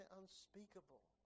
unspeakable